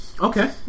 Okay